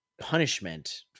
punishment